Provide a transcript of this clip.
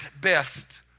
best